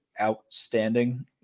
outstanding